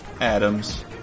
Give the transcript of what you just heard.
adams